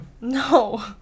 No